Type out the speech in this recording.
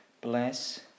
bless